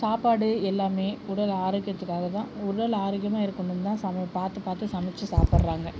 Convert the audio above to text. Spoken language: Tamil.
சாப்பாடு எல்லாமே உடல் ஆரோக்கியத்துக்காக தான் உடல் ஆரோக்கியமா இருக்கணும்னு தான் சம பார்த்து பார்த்து சமைத்து சாப்புடுறாங்க